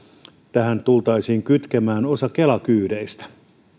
tähän tultaisiin kytkemään osa kela kyydeistä